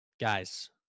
Guys